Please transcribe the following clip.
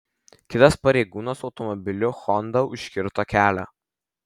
kitas pareigūnas automobiliu honda užkirto kelią